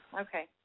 Okay